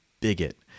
bigot